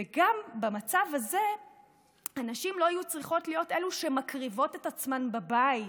וגם במצב הזה הנשים לא יהיו צריכות להיות אלו שמקריבות את עצמן בבית.